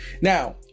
Now